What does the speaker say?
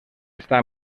està